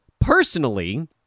Personally